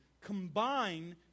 combine